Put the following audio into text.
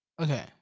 Okay